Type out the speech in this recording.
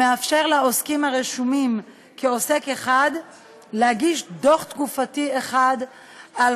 המאפשר לעוסקים הרשומים כעוסק אחד להגיש דוח תקופתי אחד על